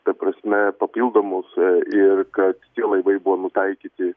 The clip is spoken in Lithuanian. ta prasme papildomus ir kad tie laivai buvo nutaikyti